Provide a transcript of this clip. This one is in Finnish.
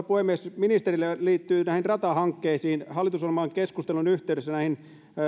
puhemies kysymys ministerille liittyy näihin ratahankkeisiin hallitusohjelman keskustelun yhteydessä